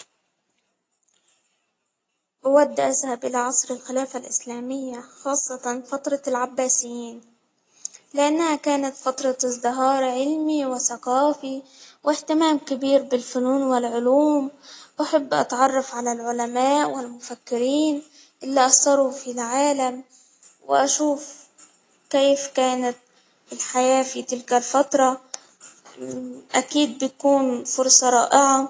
هو أبدأ أذهب إلى عصر الخلافة الإسلامية خاصة فترة العباسيين، لأنها كانت فترة إزدهار علمي وثقافي، وإهتمام كبير بالفنون والعلوم، أحب أتعرف على العلماء والمفطرين اللي أثروا في العالم، وأشوف كيف كانت الحياة في تلك الفترة أكيد بتكون فرصة رائعة.